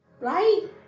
right